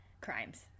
crimes